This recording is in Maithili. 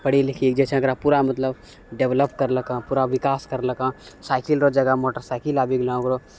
पढ़ी लिखी जाहिसँ ओकरा पूरा मतलब डेवलप करलको पूरा विकास करलको साइकिल रऽ जगह मोटर साइकिल आबि गेलो ओकरो